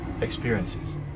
experiences